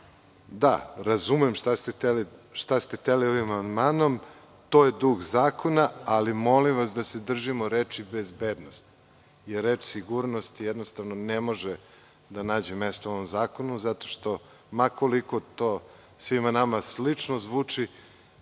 da razumem šta ste hteli ovim amandmanom. To je duh zakona, ali molim vas da se držimo reči „bezbednost“, jer reč „sigurnost“ jednostavno ne može da nađe mesto u ovom zakonu, zato što ma koliko to svima nama slično zvuči,